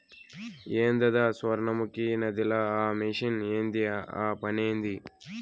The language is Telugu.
ఏందద సొర్ణముఖి నదిల ఆ మెషిన్ ఏంది ఆ పనేంది